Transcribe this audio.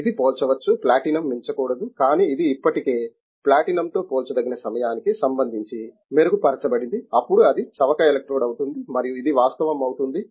ఇది పోల్చవచ్చు ప్లాటినం మించకూడదు కానీ ఇది ఇప్పటికే ప్లాటినంతో పోల్చదగిన సమయానికి సంబంధించి మెరుగుపరచబడింది అప్పుడు అది చవక ఎలక్ట్రోడ్ అవుతుంది మరియు ఇది వాస్తవం అవుతుంది